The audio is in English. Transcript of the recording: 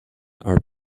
are